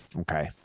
okay